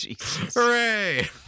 Hooray